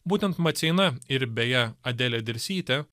būtent maceina ir beje adelė dirsytė